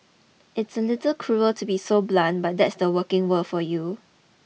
it's a little cruel to be so blunt but that's the working world for you